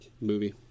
movie